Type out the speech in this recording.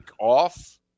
off